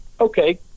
okay